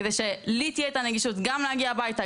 כדי שלי תהיה את הנגישות גם להגיע הביתה,